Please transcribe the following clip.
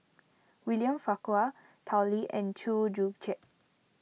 William Farquhar Tao Li and Chew Joo Chiat